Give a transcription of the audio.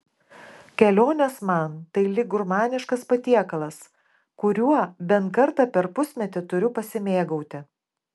kelionės man tai lyg gurmaniškas patiekalas kuriuo bent kartą per pusmetį turiu pasimėgauti